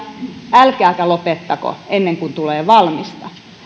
älkääkä lopettako ennen kuin tulee valmista